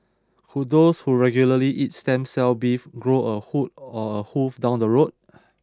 could those who regularly eat stem cell beef grow a horn or a hoof down the road